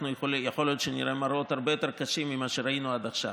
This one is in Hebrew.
ויכול להיות שנראה מראות הרבה יותר קשים ממה שראינו עד עכשיו.